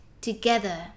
together